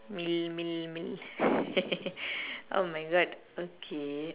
mill mill mill oh my God okay